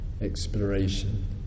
exploration